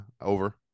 Over